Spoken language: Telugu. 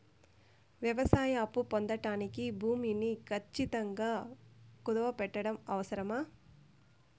వ్యవసాయ అప్పు పొందడానికి భూమిని ఖచ్చితంగా కుదువు పెట్టడం అవసరమా?